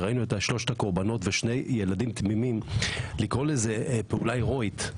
ראינו את שלושת הקרבנות ושני ילדים תמימים הייתה פעולה הרואית,